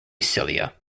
cilia